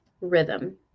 rhythm